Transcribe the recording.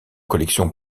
collections